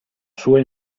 sua